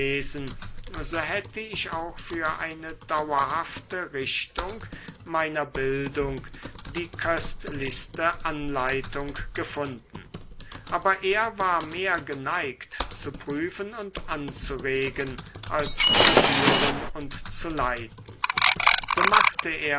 so hätte ich auch für eine dauerhafte richtung meiner bildung die köstlichste anleitung gefunden aber er war mehr geneigt zu prüfen und anzuregen als zu führen und zu leiten so machte